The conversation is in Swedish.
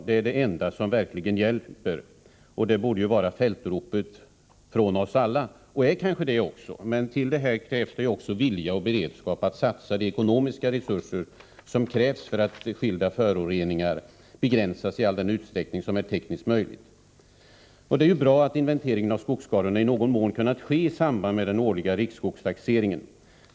Det är det enda som verkligen hjälper, och det borde vara fältropet från oss alla — vilket det kanske också är. Men därtill krävs vilja och beredskap att satsa de ekonomiska resurser som erfordras för att skilda föroreningar begränsas i all den utsträckning som är tekniskt möjlig. Det är bra att inventering av skogsskadorna i någon mån kunnat ske i samband med den årliga riksskogstaxeringen.